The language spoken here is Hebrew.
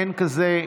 אין כזה.